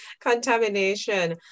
contamination